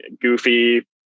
goofy